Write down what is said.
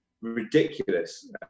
ridiculous